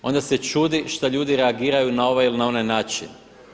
Onda se čudi šta ljudi reagiraju na ovaj ili onaj način.